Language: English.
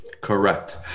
Correct